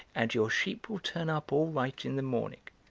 and your sheep will turn up all right in the morning.